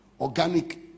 organic